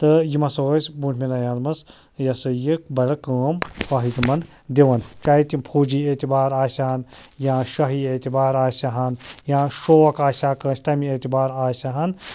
تہٕ یِم ہَسا ٲسۍ برٛوٗنٛٹھمٮ۪ن اَیامَن مَنٛز یہِ ہَسا یہِ بَڑٕ کٲم فٲیدٕ منٛد دِوان چاہے تِم فوجی اعتبار آسہِ ہَن یا شٲہی اعتبار آسہِ ہَن یا شوق آسہِ ہا کٲنٛسہِ تَمی اعتبار آسہِ ہَن